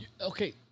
Okay